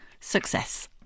success